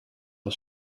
was